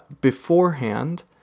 beforehand